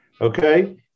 okay